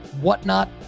Whatnot